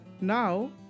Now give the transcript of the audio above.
Now